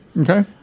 okay